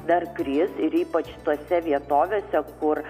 dar kris ir ypač tose vietovėse kur